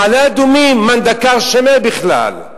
מעלה-אדומים, מאן דכר שמיה בכלל.